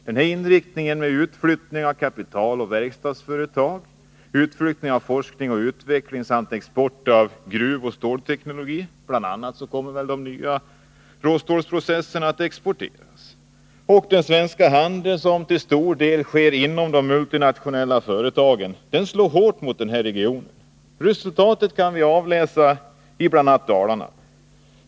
Den här inriktningen med utflyttning av kapital och verkstadsföretag, utflyttning av forskning och utveckling samt export av gruvoch stålteknologi = bl.a. kommer väl de nya råstålsprocesserna att exporteras — och den svenska handeln, som till stor del sker inom de multinationella företagen, slår hårt mot den här regionen. Resultatet kan vi avläsa i bl.a. Dalarna.